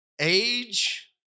Age